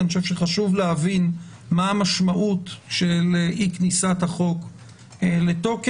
אני חושב שחשוב להבין מה המשמעות של אי כניסת החוק לתוקף,